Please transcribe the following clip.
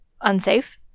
unsafe